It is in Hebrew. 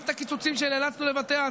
גם את הקיצוצים שנאלצנו לבצע,